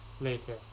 Later